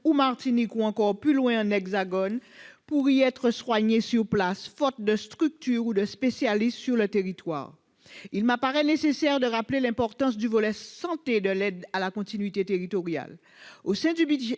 en Martinique, ou encore plus loin, dans l'Hexagone pour y être soignés, faute de structures ou de spécialistes sur le territoire. Il me paraît nécessaire de rappeler l'importance du volet santé de l'aide à la continuité territoriale. Au sein du budget